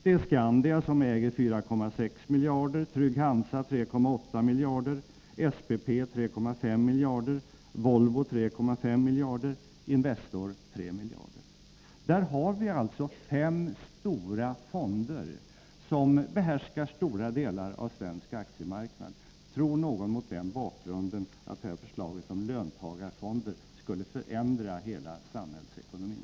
Det är Skandia som äger aktier för 4,6 miljarder kronor, Trygg-Hansa för 3,8 miljarder kronor, SPP för 3,5 miljarder kronor, Volvo för 3,5 miljarder kronor och Investor för 3 miljarder kronor. Dessa fonder behärskar alltså stora delar av den svenska aktiemarknaden. Tror någon mot den bakgrunden att förslaget om löntagarfonder, om det genomfördes, skulle förändra hela samhällsekonomin?